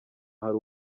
hari